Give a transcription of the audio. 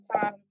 time